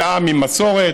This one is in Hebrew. זה עם עֵם מסורת,